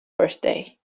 birthday